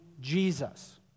Jesus